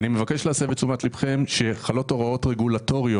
אני מבקש להסב את תשומת ליבכם לכך שחלות הוראות רגולטוריות